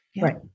Right